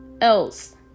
else